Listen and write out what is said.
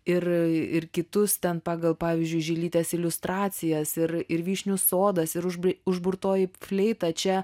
ir ir kitus ten pagal pavyzdžiui žilytės iliustracijas ir ir vyšnių sodas ir užbe užburtoji fleita čia